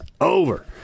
over